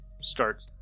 start